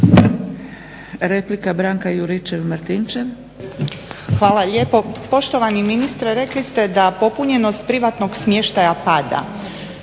Branka (HDZ)** Hvala lijepo. Poštovani ministre, rekli ste da popunjenost privatnog smještaja pada.